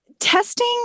Testing